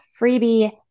freebie